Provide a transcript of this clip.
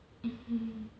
mmhmm